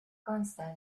consta